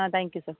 ah thank you sir